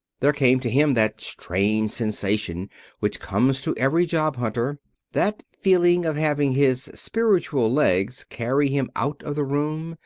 there came to him that strange sensation which comes to every job-hunter that feeling of having his spiritual legs carry him out of the room,